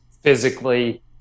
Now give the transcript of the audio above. physically